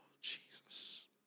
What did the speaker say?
Jesus